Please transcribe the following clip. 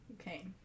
Okay